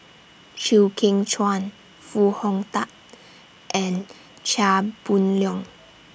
Chew Kheng Chuan Foo Hong Tatt and Chia Boon Leong